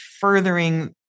furthering